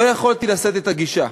לא יכולתי לשאת את הגישה,